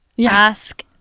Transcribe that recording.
ask